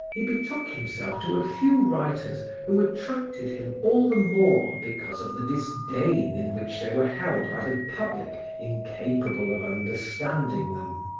he betook himself to a few writers who attracted him all the more because of the disdain in which they were held by the public incapable of understanding them.